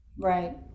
Right